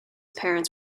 parents